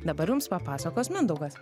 dabar jums papasakos mindaugas